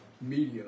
Media